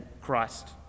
Christ